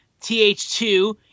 TH2